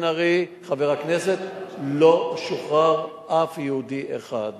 חבר הכנסת בן-ארי: לא שוחרר אף יהודי אחד.